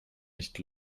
nicht